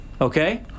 Okay